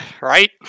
right